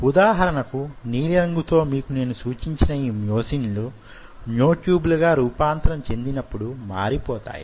ఉదాహరణకు నీలిరంగుతో మీకు నేను సూచించిన యీ మ్యోసిన్లు మ్యోట్యూబ్ లు గా రూపాంతరం చెందినప్పుడు మారిపోతాయి